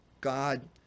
God